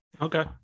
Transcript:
Okay